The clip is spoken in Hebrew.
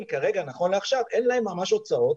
כרגע נכון לעכשיו אין להם ממש הוצאות,